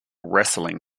wrestling